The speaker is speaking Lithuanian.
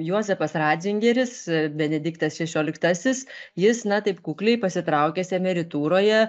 juozapas ratzingeris benediktas šešioliktasis jis na taip kukliai pasitraukęs emeritūroje